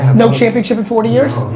no championship in forty years?